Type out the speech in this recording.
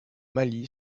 mali